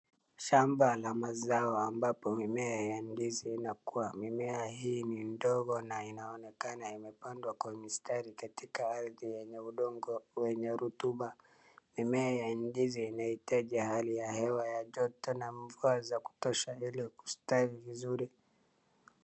Shamba la mazao ambapo mimea ya ndizi inakua. Mimea hii ni ndogo na inaonekana imepandwa kwa mistari katika ardhi yenye udongo wenye rutuba,.Mimea ya ndizi inahitaji hali ya hewa ya joto na mvua ya kutosha ili kustawi vizuri.